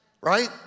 right